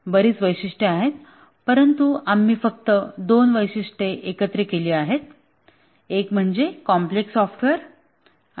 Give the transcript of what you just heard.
बरीच वैशिष्ट्ये आहेत परंतु आम्ही फक्त दोन वैशिष्ट्ये एकत्र केली आहेत एक म्हणजे कॉम्प्लेक्स सॉफ्टवेअर आहे